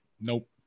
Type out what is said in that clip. nope